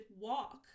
walk